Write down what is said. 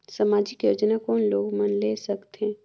समाजिक योजना कोन लोग मन ले सकथे?